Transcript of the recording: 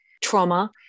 trauma